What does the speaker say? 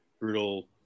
brutal